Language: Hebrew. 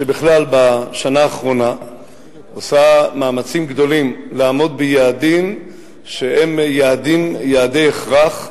שבכלל בשנה האחרונה עושה מאמצים גדולים לעמוד ביעדים שהם יעדי הכרח.